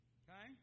okay